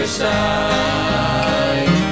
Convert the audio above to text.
side